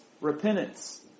repentance